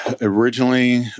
originally